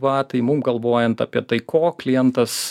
va tai mum galvojant apie tai ko klientas